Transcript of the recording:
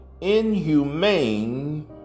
inhumane